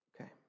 Okay